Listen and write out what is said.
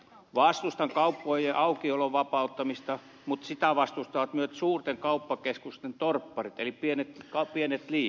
vastustan kauppojen aukiolon vapauttamista mutta sitä vastustavat myös suurten kauppakeskusten torpparit eli pienet liikkeet